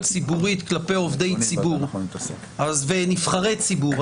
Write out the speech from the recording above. ציבורית כלפי עובדי ציבור ונבחרי ציבור.